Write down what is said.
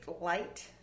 light